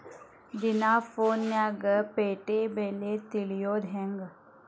ದಿನಾ ಫೋನ್ಯಾಗ್ ಪೇಟೆ ಬೆಲೆ ತಿಳಿಯೋದ್ ಹೆಂಗ್?